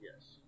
Yes